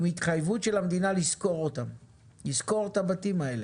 עם התחייבות של המדינה לשכור את הבתים האלה.